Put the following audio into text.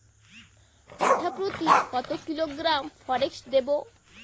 কাঠাপ্রতি কত কিলোগ্রাম ফরেক্স দেবো?